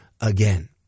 again